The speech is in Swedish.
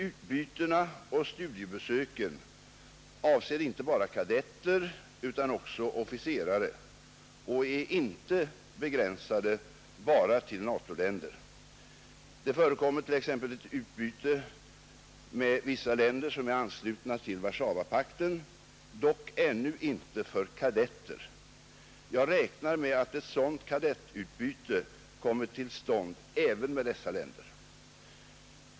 Utbytena och studiebesöken avser inte bara kadetter utan också officerare och är inte begränsade bara till NATO-länder. Det förekommer t.ex. ett utbyte med vissa länder som är anslutna till Warszawapakten, dock ännu inte för kadetter. Jag räknar med att sådant kadettutbyte kommer till stånd även med dessa länder.